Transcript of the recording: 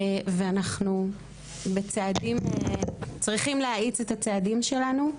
ואנחנו צריכים להאיץ את הצעדים שלנו.